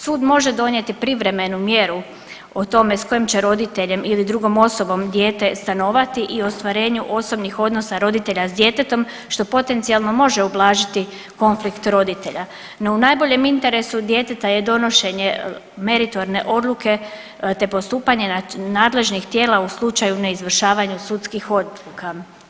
Sud može donijeti privremenu mjeru o tome s kojim će roditeljem ili drugom osobom dijete stanovati i ostvarenju osobnih odnosa roditelj s djetetom, što potencijalno može ublažiti konflikt roditelja, no u najboljem interesu djeteta je donošenje meritorne odluke te postupanje nadležnih tijela u slučaju neizvršavanju sudskih odluka.